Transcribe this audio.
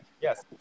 Yes